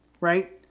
Right